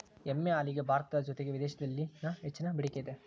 ಎಮ್ಮೆ ಹಾಲಿಗೆ ಭಾರತದ ಜೊತೆಗೆ ವಿದೇಶಿದಲ್ಲಿ ಹೆಚ್ಚಿನ ಬೆಡಿಕೆ ಇದೆ